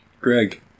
Greg